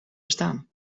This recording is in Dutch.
bestaan